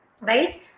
right